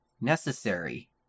necessary